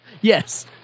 Yes